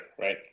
right